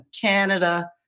Canada